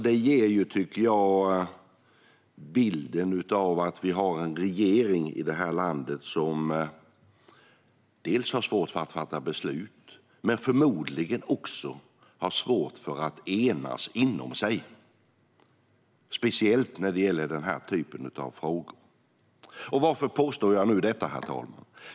Det ger bilden av att vi har en regering i det här landet som har svårt att fatta beslut men som förmodligen också har svårt att enas, speciellt när det gäller den här typen av frågor. Varför påstår jag detta?